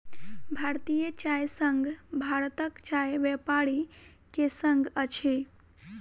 भारतीय चाय संघ भारतक चाय व्यापारी के संग अछि